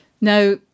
Now